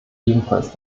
ebenfalls